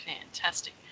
Fantastic